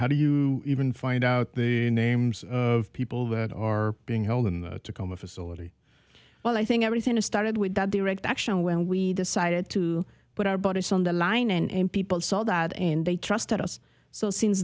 how do you even find out the names of people that are being held in the tacoma facility well i think everything has started with that direct action when we decided to put our bodies on the line and people saw that and they trusted us so since